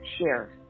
share